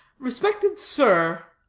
respected sir,